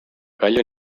kalju